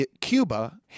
Cuba